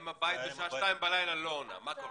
אם הבית בשעה שתיים בלילה לא עונה, מה קורה?